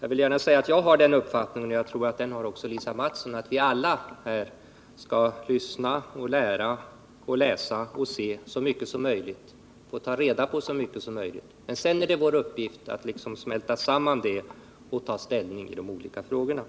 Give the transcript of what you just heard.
Jag vill gärna säga att jag här har den uppfattningen — och jag tror att den delas av Lisa Mattson — att vi alla bör lyssna, lära, läsa, se och ta reda på så mycket som möjligt. Sedan är det vår uppgift att smälta samman detta och ta ställning i de olika frågorna.